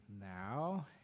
now